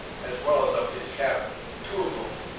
as well as of his cabinet, two of whom,